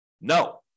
No